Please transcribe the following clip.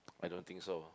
I don't think so